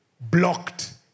blocked